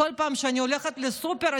בכל פעם שאני הולכת לסופר,